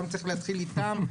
היום צריך להתחיל איתם,